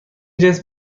جنس